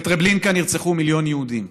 בטרבלינקה נרצחו מיליון יהודים,